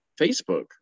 Facebook